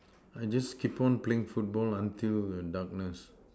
I just keep on playing football until darkness